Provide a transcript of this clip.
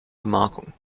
gemarkung